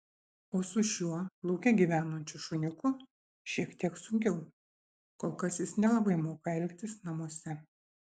o su šiuo lauke gyvenančiu šuniuku šiek tiek sunkiau kol kas jis nelabai moka elgtis namuose